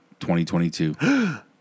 2022